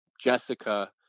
Jessica